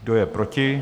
Kdo je proti?